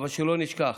אבל שלא נשכח